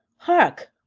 hark!